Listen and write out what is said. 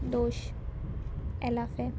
दोश एलाफे